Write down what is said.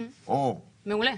מעולה.